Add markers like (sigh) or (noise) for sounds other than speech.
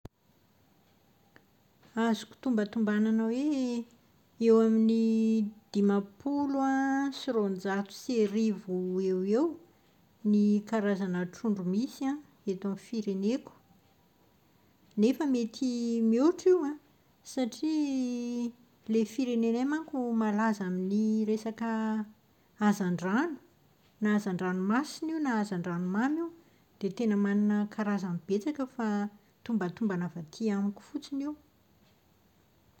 Azoko tombatombanana hoe (hesitation) eo amin'ny dimampolo (hesitation) sy roanjato sy arivo eo ho eo ny karazana trondro misy an eto amin'ny fireneko. Nefa mety mihoatra io an. Satria ilay firenenay manko malaza amin'ny resaka hazan-drano na hazan-dranomasina io na hazan-dranomamy io dia tena manana karazany betsaka fa tombatombanan avy aty amiko fotsiny io.